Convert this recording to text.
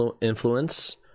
influence